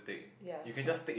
ya correct